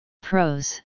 Pros